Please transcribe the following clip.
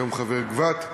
היום חבר גבת,